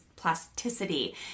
Plasticity